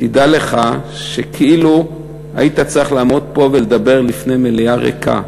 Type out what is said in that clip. תדע לך שכאילו היית צריך לעמוד פה ולדבר לפני מליאה ריקה.